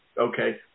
okay